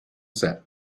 set